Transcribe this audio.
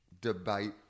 debate